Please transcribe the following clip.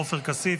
עופר כסיף,